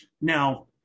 Now